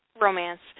romance